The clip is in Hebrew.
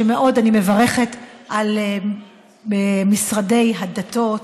ואני מאוד מברכת את משרד הדתות,